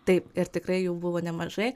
taip ir tikrai jau buvo nemažai